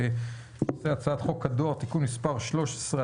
בנושא הצעת חוק הדואר (תיקון מס' 13),